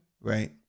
right